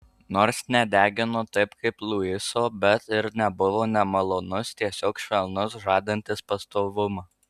nors nedegino taip kaip luiso bet ir nebuvo nemalonus tiesiog švelnus žadantis pastovumą